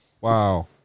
Wow